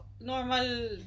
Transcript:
normal